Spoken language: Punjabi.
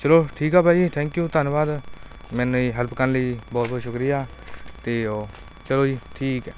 ਚਲੋ ਠੀਕ ਆ ਭਾਅ ਜੀ ਥੈਂਕ ਯੂ ਧੰਨਵਾਦ ਮੈਨੂੰ ਜੀ ਹੈਲਪ ਕਰਨ ਲਈ ਜੀ ਬਹੁਤ ਬਹੁਤ ਸ਼ੁਕਰੀਆ ਅਤੇ ਉਹ ਚਲੋ ਜੀ ਠੀਕ ਹੈ